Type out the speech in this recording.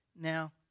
Now